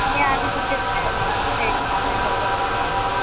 तुम्ही आधी कुठे कुठे म्हणजे कुठे एक सांगण्यासारखं असं कुठल्या ह्याच्यात